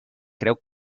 creu